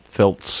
felt